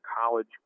college